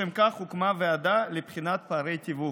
לשם כך הוקמה ועדה לבחינת פערי תיווך.